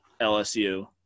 LSU